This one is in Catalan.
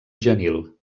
genil